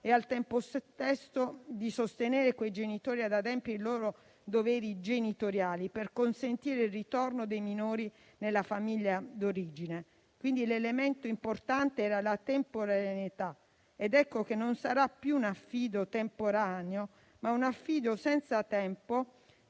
e, al tempo stesso, di sostenere quei genitori nell'adempimento dei loro doveri genitoriali per consentire il ritorno dei minori nella famiglia di origine. L'elemento importante era quindi la temporaneità ed ecco che non sarà più un affido temporaneo, ma un affido senza tempo,